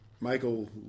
Michael